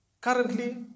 Currently